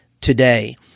today